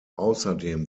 außerdem